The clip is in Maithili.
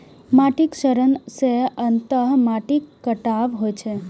माटिक क्षरण सं अंततः माटिक कटाव होइ छै